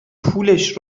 پولش